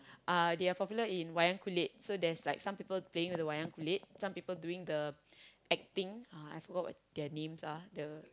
uh they are popular in wayang-kulit so there's like some people playing with the wayang-kulit some people doing the acting uh I forgot what their names are the